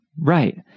Right